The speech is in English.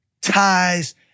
ties